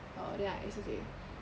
oh then uh it's okay